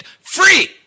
free